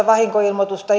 vahinkoilmoituksia